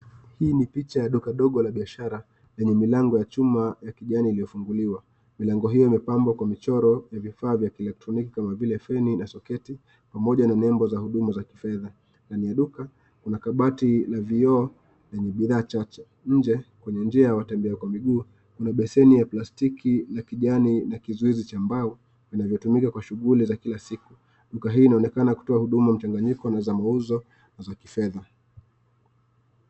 Hii ni picha ya duka dogo la biashara lenye milango ya chuma ya kijani iliyofunguliwa. Milango hiyo imepambwa kwa michoro ya vifaa vya kielektroniki kama vile feni na soketi pamoja na nembo za huduma za kifedha. Ndani ya duka, kuna kabati la vioo lenye bidhaa chache. Nje, kwenye njia ya watembea kwa miguu, kuna beseni ya plastiki la kijani na kizuizi cha mbao vinavyotumika kwa shughuli za kila siku. Duka hii inaonekana kutoa huduma mchanganyiko na za mauzo na za kifedha.